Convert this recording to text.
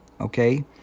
Okay